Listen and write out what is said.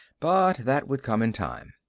but that would come in time.